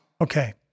Okay